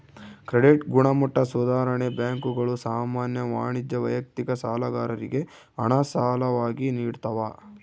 credit ಗುಣಮಟ್ಟ ಸುಧಾರಣೆ ಬ್ಯಾಂಕುಗಳು ಸಾಮಾನ್ಯ ವಾಣಿಜ್ಯ ವೈಯಕ್ತಿಕ ಸಾಲಗಾರರಿಗೆ ಹಣ ಸಾಲವಾಗಿ ನಿಡ್ತವ